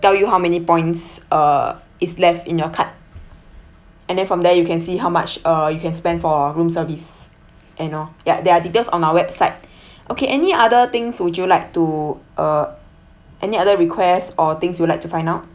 tell you how many points uh is left in your card and then from there you can see how much uh you can spend for room service and all ya there are details on our website okay any other things would you like to uh any other requests or things you like to find out